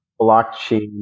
blockchain